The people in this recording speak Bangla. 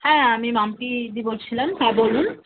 হ্যাঁ আমি মাম্পিদি বলছিলাম হ্যাঁ বলুন